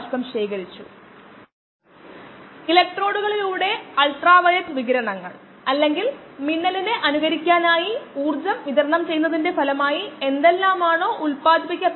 അതിനാൽ ഇവിടെയുള്ള നേട്ടമാണിത് നമ്മൾ നിരക്കിന്റെ അടിസ്ഥാനത്തിൽ പ്രവർത്തിക്കുകയാണെങ്കിൽ ഈ സ്റ്റാൻഡേർഡ് ചോദ്യങ്ങളെല്ലാം കണക്കാക്കുന്നത് എളുപ്പമാകും